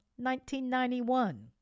1991